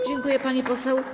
Dziękuję, pani poseł.